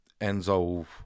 Enzo